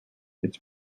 its